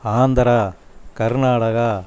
Andhra Karnataka